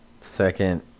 second